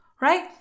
right